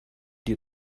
dir